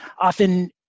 often